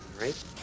right